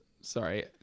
sorry